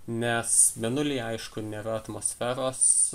nes mėnulyje aišku nėra atmosferos